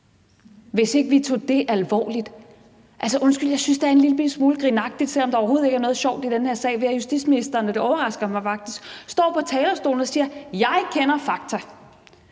hvis ikke vi tog det alvorligt. Altså, undskyld, jeg synes, det er en lillebitte smule grinagtigt, selv om der overhovedet ikke er noget sjovt i den her sag. Vi har justitsministeren – og det overrasker mig faktisk – der står på talerstolen og siger: Jeg kender fakta,